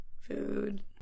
food